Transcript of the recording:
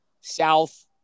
south